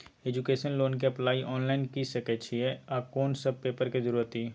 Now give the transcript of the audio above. Education loan के apply online के सके छिए आ कोन सब पेपर के जरूरत इ?